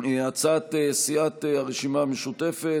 הצעת סיעת הרשימה המשותפת,